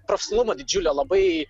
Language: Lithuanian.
profesionalumo didžiulio labai